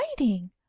Writing